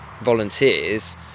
volunteers